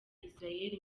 israel